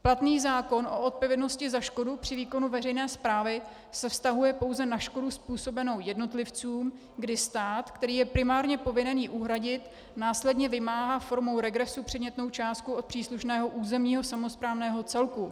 Platný zákon o odpovědnosti za škodu při výkonu veřejné správy se vztahuje pouze na škodu způsobenou jednotlivcům, kdy stát, který je primárně povinen ji uhradit, následně vymáhá formou regresu předmětnou částku od příslušného územního samosprávného celku.